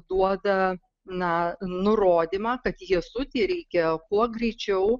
duoda na nurodymą kad jasutį reikia kuo greičiau